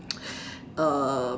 uh